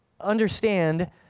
understand